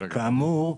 כאמור,